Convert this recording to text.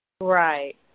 Right